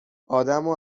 آدمو